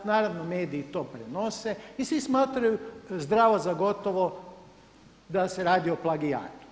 Naravno, mediji to prenose i svi smatraju zdravo za gotovo da se radi o plagijatu.